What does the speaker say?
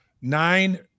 nine